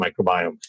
microbiome